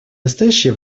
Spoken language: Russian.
настоящее